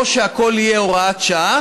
או שהכול יהיה הוראת שעה